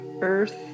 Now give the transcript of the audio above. earth